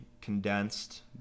condensed